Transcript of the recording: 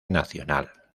nacional